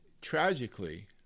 Tragically